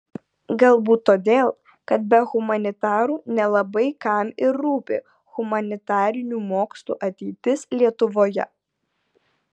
galbūt todėl kad be humanitarų nelabai kam ir rūpi humanitarinių mokslų ateitis lietuvoje